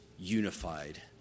unified